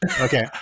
Okay